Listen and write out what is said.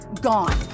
gone